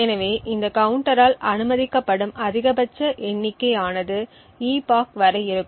எனவே இந்த கவுண்டரால் அனுமதிக்கப்படும் அதிகபட்ச எண்ணிக்கை ஆனது epoch வரை இருக்கும்